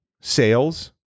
sales